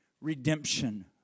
redemption